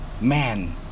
man